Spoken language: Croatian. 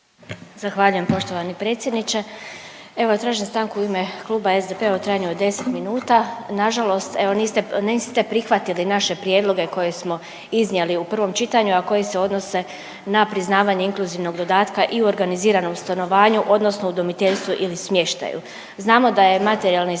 Zahvaljujem poštovani predsjedniče. Evo tražim stanku u ime kluba SDP-a u trajanju od 10 minuta. Nažalost evo niste prihvatili naše prijedloge koje smo iznijeli u prvom čitanju, a koji se odnose na priznavanje inkluzivnog dodataka i u organiziranom stanovanju odnosno udomiteljstvu ili smještaju. Znamo da je materijalni status